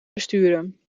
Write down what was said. besturen